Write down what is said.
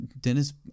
Dennis